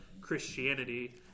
Christianity